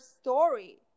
story